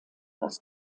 aus